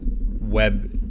web